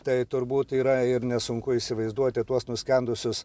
tai turbūt yra ir nesunku įsivaizduoti tuos nuskendusius